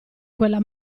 quella